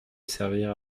servir